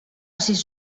sis